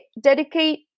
dedicate